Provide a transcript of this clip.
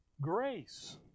grace